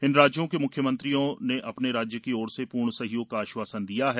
इन राज्यों के म्ख्यमंत्रियों अपने राज्य की ओर से पूर्ण सहयोग का आश्वासन दिया है